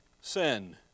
sin